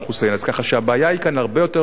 כך שהבעיה כאן היא הרבה יותר חריפה,